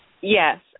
Yes